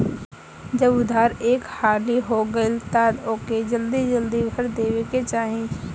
जब उधार एक हाली हो गईल तअ ओके जल्दी जल्दी भर देवे के चाही